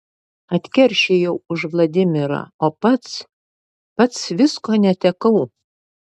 atkeršijau už vladimirą o pats pats visko netekau